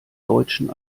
deutschen